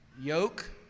yoke